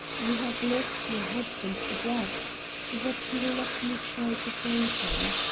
you have lost your husband's address that you will let me try to find him.